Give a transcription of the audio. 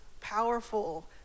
powerful